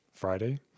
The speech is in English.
Friday